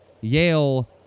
Yale